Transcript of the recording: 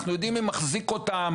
אנחנו יודעים מי מחזיק אותם,